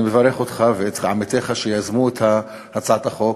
אני מברך אותך ואת עמיתיך שיזמו את הצעת החוק.